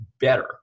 better